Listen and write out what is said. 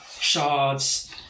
shards